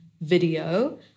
video